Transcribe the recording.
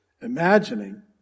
imagining